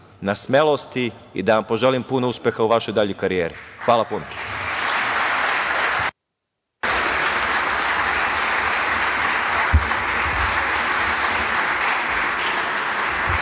na smelosti i da vam poželim puno uspeha u vašoj daljoj karijeri. Hvala puno.